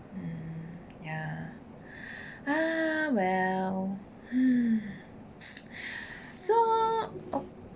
mm ya ah well hmm so